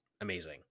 amazing